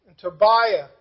Tobiah